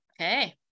okay